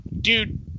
dude